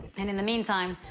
and in the meantime,